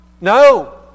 No